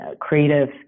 creative